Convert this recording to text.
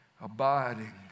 abiding